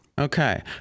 Okay